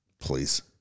Please